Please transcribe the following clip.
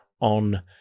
on